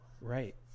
right